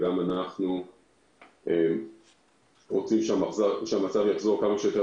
גם אנחנו רוצים שהמצב יחזור כמה שיותר